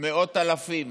מאות אלפים